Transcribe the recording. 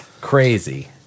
crazy